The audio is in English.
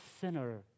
sinner